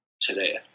today